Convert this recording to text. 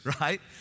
right